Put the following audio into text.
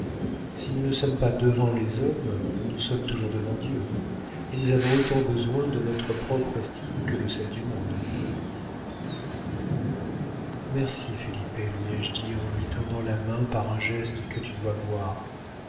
si nous ne sommes pas devant les hommes nous sommes toujours devant dieu et nous avons autant besoin de notre propre estime que de celle du monde merci felipe lui ai-je dit en lui tendant la main par un geste que tu dois voir